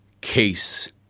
case